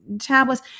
tablets